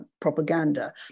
propaganda